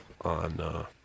on